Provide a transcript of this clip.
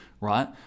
right